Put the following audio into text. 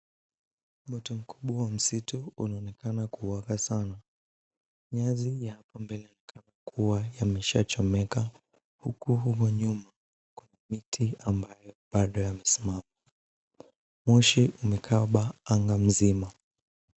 Moto mkubwa wa msitu unaonekana kuwaka sana. Nyasi ya huku mbele kuwa yameshachomeka huku kwa nyuma kuna miti ambayo bado yamesimama. Moshi umekaba anga mzima.